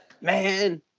man